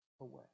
away